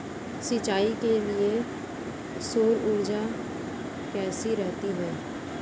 सिंचाई के लिए सौर ऊर्जा कैसी रहती है?